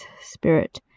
spirit